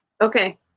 okay